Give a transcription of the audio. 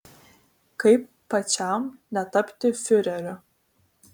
kaip pačiam netapti fiureriu